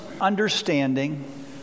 understanding